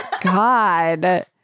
God